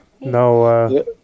no